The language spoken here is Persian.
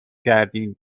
کردین